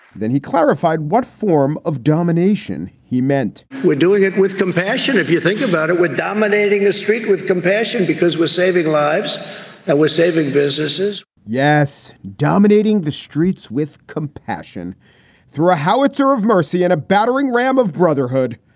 then he clarified what form of domination he meant we're doing it with compassion. if you think about it with dominating the street, with compassion, because we're saving lives and but we're saving businesses yes. dominating the streets with compassion through a howitzer of mercy and a battering ram of brotherhood.